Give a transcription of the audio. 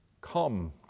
Come